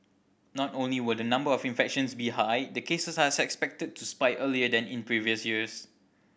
not only will the number of infections be high the cases are to spike earlier than in previous years